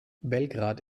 belgrad